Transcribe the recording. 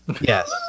Yes